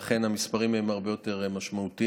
אכן המספרים הם הרבה יותר משמעותיים,